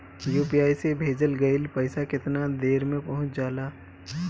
UPI से भेजल गईल पईसा कितना देर में पहुंच जाला?